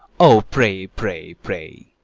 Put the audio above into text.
o, pray, pray, pray!